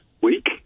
week